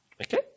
Okay